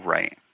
Right